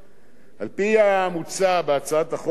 על-פי המוצע בהצעת החוק הזאת,